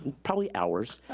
probably hours,